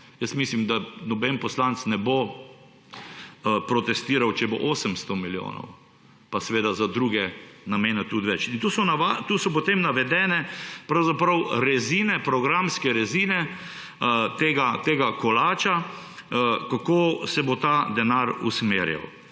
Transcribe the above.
Jaz mislim, da noben poslanec ne bo protestiral, če bo 800 milijonov, pa seveda za druge namene tudi več. In tu so potem navedene pravzaprav rezine, programske rezine tega kolača, kako se bo ta denar usmerjal.